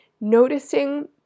Noticing